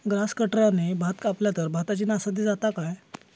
Grass कटराने भात कपला तर भाताची नाशादी जाता काय?